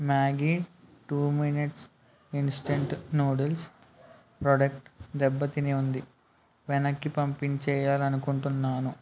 Maggi two minutes instant noodles product దెబ్బ తిని ఉంది వెనక్కి పంపించేయాలనుకుంటున్నాను